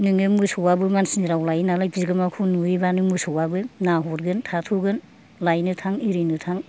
नोङो मोसौआबो मानसिनि राव लायो नालाय बिगोमाखौ नुयोब्लानो मोसौआबो नायहरगोन थाथ'गोन लायनो थां हिरिनो थां